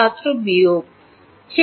ছাত্র বিয়োগ 1